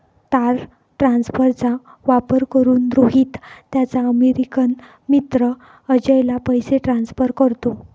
तार ट्रान्सफरचा वापर करून, रोहित त्याचा अमेरिकन मित्र अजयला पैसे ट्रान्सफर करतो